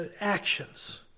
actions